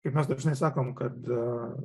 kaip mes dažnai sakome kad